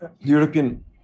European